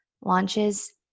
launches